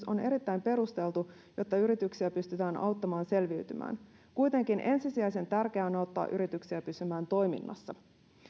on erittäin perusteltu jotta yrityksiä pystytään auttamaan selviytymään kuitenkin ensisijaisen tärkeää on auttaa yrityksiä pysymään toiminnassa